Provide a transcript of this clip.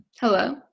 hello